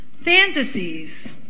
fantasies